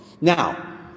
Now